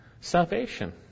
salvation